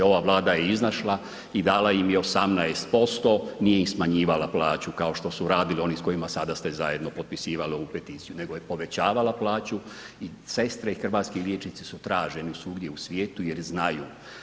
Ova Vlada je izašla i dala im je 18% nije im smanjivala plaću kao što su radili oni s kojima sada ste zajedno potpisivali ovu peticiju, nego je povećavala plaću i sestre i hrvatski liječnici su traženi svugdje u svijetu jer znaju.